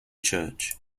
church